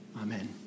Amen